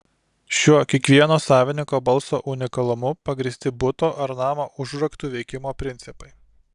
šiuo kiekvieno savininko balso unikalumu pagrįsti buto ar namo užraktų veikimo principai